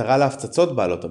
מטרה להפצצות בעלות הברית.